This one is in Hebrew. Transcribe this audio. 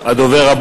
סליחה.